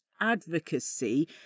advocacy